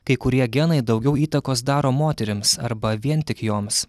kai kurie genai daugiau įtakos daro moterims arba vien tik joms